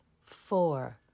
four